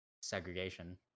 Segregation